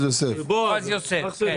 בועז יוסף, בבקשה.